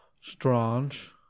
Strange